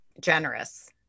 generous